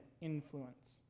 influence